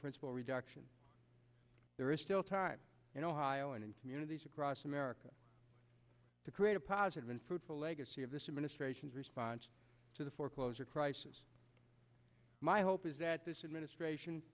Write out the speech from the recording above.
principal reduction there is still time in ohio and in communities across america to create a positive and fruitful legacy of this administration's response to the foreclosure crisis my hope is that this administration